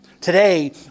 Today